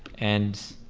and